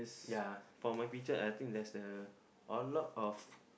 ya for my picture I think there's the a lot of